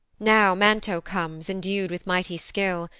now manto comes, endu'd with mighty skill,